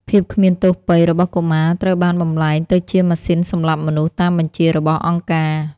ភាពគ្មានទោសពៃរ៍របស់កុមារត្រូវបានបំប្លែងទៅជាម៉ាស៊ីនសម្លាប់មនុស្សតាមបញ្ជារបស់អង្គការ។